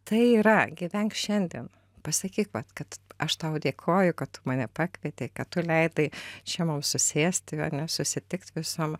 tai yra gyvenk šiandien pasakyk vat kad aš tau dėkoju kad tu mane pakvietei kad tu leidai čia mums susėsti ane susitikt visom